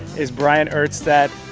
is bryant urstadt.